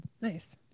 Nice